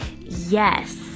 yes